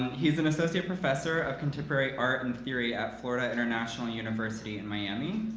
he's an associate professor of contemporary art and theory at florida international university in miami.